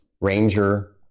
ranger